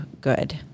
good